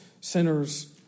sinners